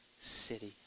city